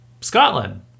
Scotland